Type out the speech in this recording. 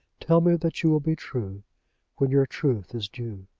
tell me that you will be true where your truth is due.